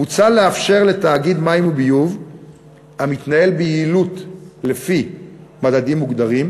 מוצע לאפשר לתאגיד מים וביוב המתנהל ביעילות לפי מדדים מוגדרים,